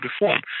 reform